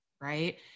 right